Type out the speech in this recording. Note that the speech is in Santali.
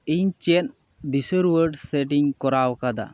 ᱤᱧ ᱪᱮᱫ ᱫᱤᱥᱟᱹ ᱨᱩᱣᱟᱹᱲ ᱥᱮᱴ ᱤᱧ ᱠᱚᱨᱟᱣ ᱟᱠᱟᱫᱟ